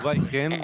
התשובה היא כן.